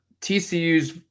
TCU's